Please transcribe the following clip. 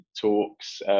talks